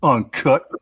Uncut